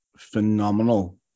Phenomenal